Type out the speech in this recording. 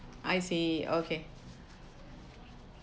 I see okay